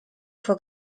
fue